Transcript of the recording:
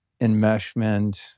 enmeshment